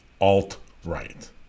Alt-right